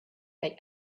they